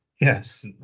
yes